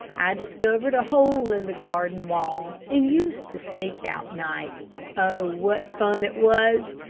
i discovered a hole in the garden wall, and used to sneak out nights. oh, what fun it was.